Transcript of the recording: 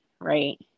right